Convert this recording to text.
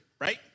right